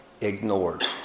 ignored